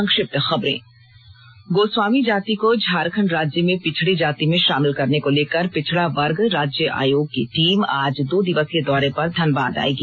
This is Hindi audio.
संक्षिप्त खबरें गोस्वामी जाति को झारखंड राज्य में पिछड़ी जाति में शामिल करने को लेकर पिछड़ा वर्ग राज्य आयोग की टीम आज दो दिवसीय दौरे पर धनबाद आएगी